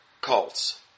cults